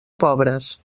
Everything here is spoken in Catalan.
pobres